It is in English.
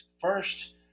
First